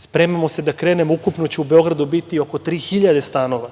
Spremamo se da krenemo. Ukupno će u Beogradu biti oko 3.000 stanova.